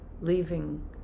leaving